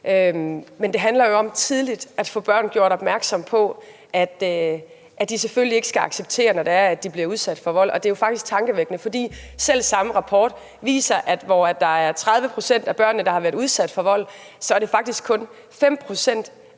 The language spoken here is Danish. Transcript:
Men det handler jo om tidligt at få børn gjort opmærksom på, at de selvfølgelig ikke skal acceptere det, når de bliver udsat for vold. For det er jo faktisk tankevækkende, at selv samme rapport viser, at mens det er 30 pct. af børnene, der har været udsat for vold, så er det faktisk kun 5 pct. af de